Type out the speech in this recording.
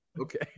Okay